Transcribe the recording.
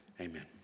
Amen